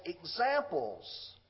examples